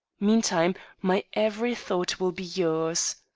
meantime, my every thought will be yours.